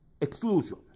exclusion